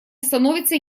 становится